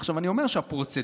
אני אומר שהפרוצדורות,